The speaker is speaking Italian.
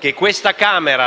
del Parlamento,